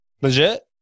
legit